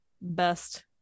best